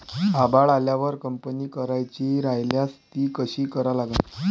आभाळ आल्यावर कापनी करायची राह्यल्यास ती कशी करा लागन?